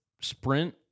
sprint